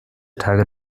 tage